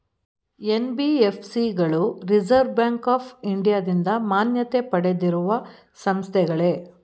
NBFC ಗಳು reserve bank of ಇಂಡಿಯಾದಿಂದ ಮಾನ್ಯತೆ ಪಡೆದಿರುವ ಸಂಸ್ಥೆಗಳೇ?